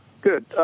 Good